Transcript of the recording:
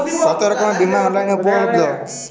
কতোরকমের বিমা অনলাইনে উপলব্ধ?